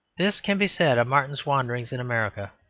this can be said of martin's wanderings in america,